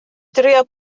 drio